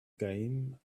game